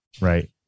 right